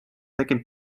tekkinud